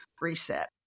reset